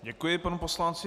Děkuji panu poslanci.